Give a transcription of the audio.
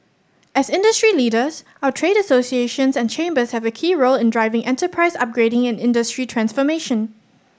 as industry leaders our trade associations and chambers have a key role in driving enterprise upgrading and industry transformation